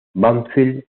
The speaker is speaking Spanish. banfield